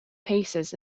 paces